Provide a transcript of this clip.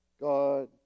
God